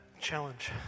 challenge